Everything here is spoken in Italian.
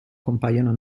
compaiono